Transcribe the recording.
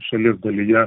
šalies dalyje